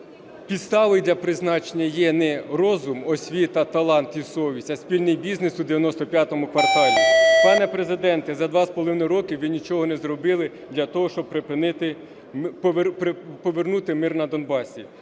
підставою для призначення є не розум, освіта, талант і совість, а спільний бізнес у "95 кварталі". Пане Президенте, за 2,5 року ви нічого не зробили для того, щоб припинити... повернути мир на Донбасі.